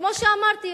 וכמו שאמרתי,